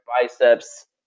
biceps